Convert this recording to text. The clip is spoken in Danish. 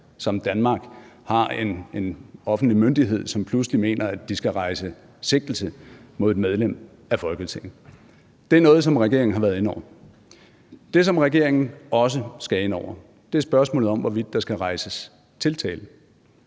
som Danmark har en offentlig myndighed, som pludselig mener, at de skal rejse sigtelse mod et medlem af Folketinget. Det er noget, som regeringen har været inde over. Det, som regeringen også skal ind over, er spørgsmålet om, hvorvidt, der skal rejses tiltale.